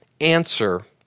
answer